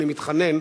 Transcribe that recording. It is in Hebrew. אני מתחנן,